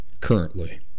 currently